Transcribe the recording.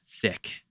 thick